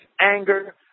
anger